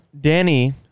Danny